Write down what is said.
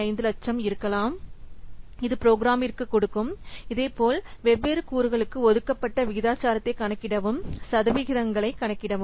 5 லட்சம் இருக்கலாம் இது ப்ரோக்ராம்க்கு கொடுக்கும் அதேபோல்வெவ்வேறு கூறுகளுக்கு ஒதுக்கப்பட்ட விகிதாச்சாரத்தை கணக்கிடவும்சதவீதங்களை கணக்கிடவும்